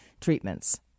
treatments